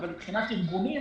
אבל מבחינת ארגונים